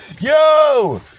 yo